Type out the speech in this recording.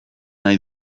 nahi